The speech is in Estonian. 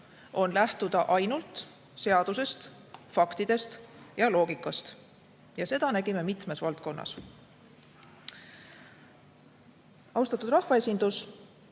on lähtuda ainult seadusest, faktidest ja loogikast. Seda nägime mitmes valdkonnas. Austatud rahvaesindus!